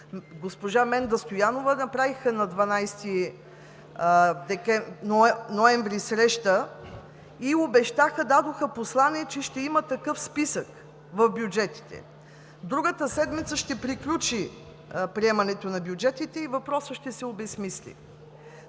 госпожа Менда Стоянова, направиха на 12 ноември 2018 г. среща и обещаха, дадоха послание, че ще има такъв списък в бюджетите. Другата седмица ще приключи приемането на бюджетите и въпросът ще се обезсмисли.